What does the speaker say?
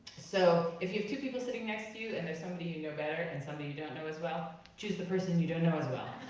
so, if you have two people sitting next to you and there's somebody you know better and somebody you don't know as well, choose the person you don't know as well.